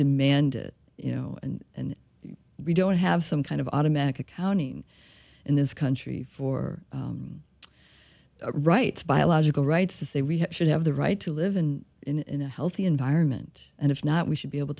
demand it you know and we don't have some kind of automatic accounting in this country for rights biological rights to say we should have the right to live in in a healthy environment and if not we should be able